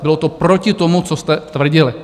Bylo to proti tomu, co jste tvrdili.